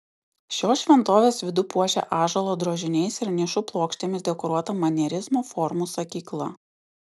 šios šventovės vidų puošia ąžuolo drožiniais ir nišų plokštėmis dekoruota manierizmo formų sakykla